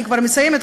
אני כבר מסיימת,